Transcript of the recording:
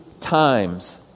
times